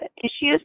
issues